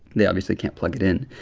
they obviously can't plug it in.